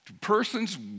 Persons